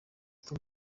tom